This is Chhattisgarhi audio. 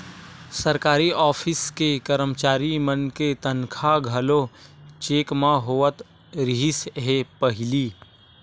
सरकारी ऑफिस के करमचारी मन के तनखा घलो चेक म होवत रिहिस हे पहिली